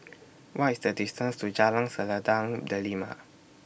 What IS The distance to Jalan Selendang Delima